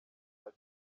ati